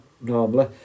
normally